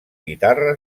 guitarra